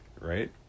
right